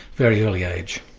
very early age.